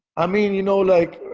i mean, you know, like